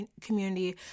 community